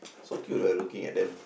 so cute right looking at them